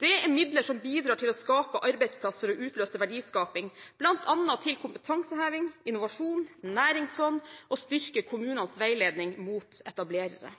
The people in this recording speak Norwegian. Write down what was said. Dette er midler som bidrar til å skape arbeidsplasser og utløse verdiskaping bl.a. til kompetanseheving, innovasjon, næringsfond og styrking av kommunenes veiledning av etablerere.